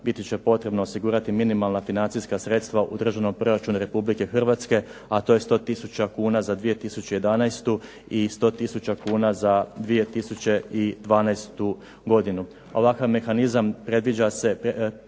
biti će potrebno osigurati minimalna financijska sredstva u Državnom proračunu Republike Hrvatske a to je 100 tisuća kuna za 2011. i 100 tisuća kuna za 2012. godinu. Ovakav mehanizam predviđa se,